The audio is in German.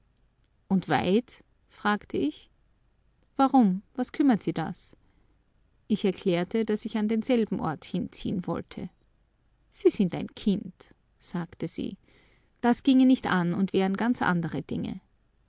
und weit fragte ich warum was kümmert sie das ich erklärte daß ich an denselben ort hinziehen wollte sind sie ein kind sagte sie das ginge nicht an und wären ganz andere dinge